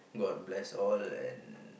god bless all and